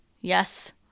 Yes